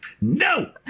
No